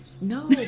no